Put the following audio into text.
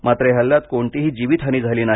मात्र या हल्ल्यात कोणतीही जीवित हानी झाली नाही